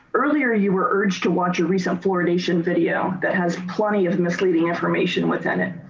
earlier, you were urged to watch a recent fluoridation video that has plenty of misleading information within it.